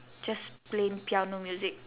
just plain piano music